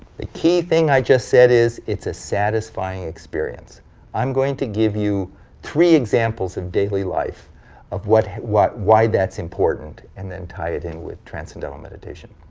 the key thing i just said is, it's a satisfying experience i'm going to give you three examples of daily life of why why that's important, and then tie it in with transcendental meditation.